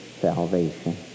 salvation